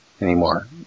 anymore